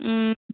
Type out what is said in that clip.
ம்